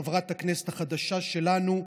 חברת הכנסת החדשה שלנו,